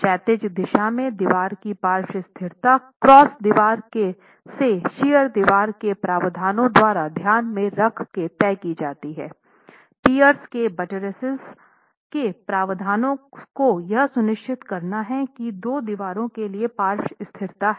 क्षैतिज दिशा में दीवार की पार्श्व स्थिरता क्रॉस दीवार से शियर दीवार के प्रावधानों द्वारा ध्यान में रख के तय की जाती है पियर्स के बट्ट्रेसेसके प्रावधानों को यह सुनिश्चित करना है कि दो दीवारों के लिए पार्श्व स्थिरता है